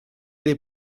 dei